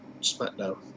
SmackDown